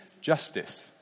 justice